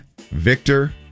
Victor